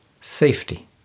safety